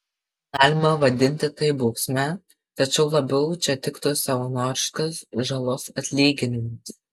galima vadinti tai bausme tačiau labiau čia tiktų savanoriškas žalos atlyginimas